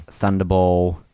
Thunderball